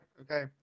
okay